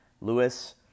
Lewis